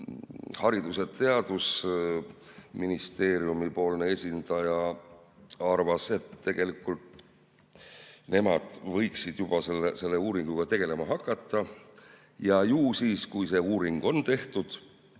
Haridus‑ ja Teadusministeeriumi esindaja arvas, et tegelikult võiksid nemad juba selle uuringuga tegelema hakata. Ju siis, kui see uuring on tehtud,